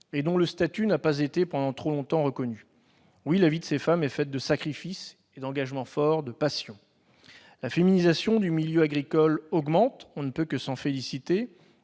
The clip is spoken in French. et dont le statut n'a pas été, pendant trop longtemps, reconnu. Oui, la vie de ces femmes est faite de sacrifices et d'engagements forts, de passion. La féminisation du milieu agricole augmente. On ne peut que s'en féliciter.